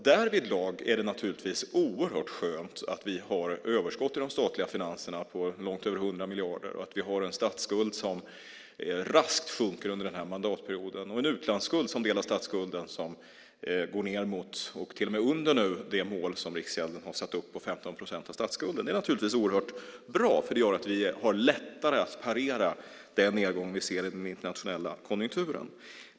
Därvidlag är det oerhört skönt att vi har överskott i de statliga finanserna på långt över 100 miljarder och att vi har en statsskuld som raskt sjunker under den här mandatperioden. Vi har en utlandsskuld som del av statsskulden som går ned mot och till och med under det mål som Riksgälden har satt upp på 15 procent av statsskulden. Det är naturligtvis oerhört bra, för det gör att vi har lättare att parera den nedgång vi ser i den internationella konjunkturen.